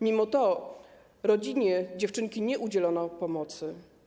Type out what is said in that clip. Mimo to rodzinie dziewczynki nie udzielono pomocy.